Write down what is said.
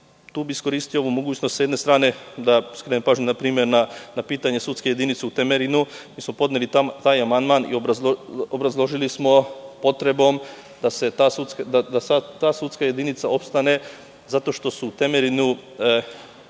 bih iskoristio mogućnost da sa jedne strane skrenem pažnju npr. pitanje sudske jedinice u Temerinu. Mi smo podneli taj amandman i obrazložili smo potrebu da ta sudska jedinica opstane zato što su u Temerinu